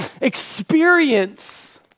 experience